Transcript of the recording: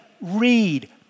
read